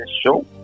show